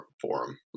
forum